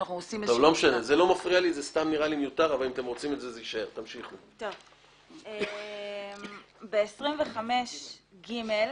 זה סתם נראה לי מיותר, אבל אם אתם רוצים זה יישאר.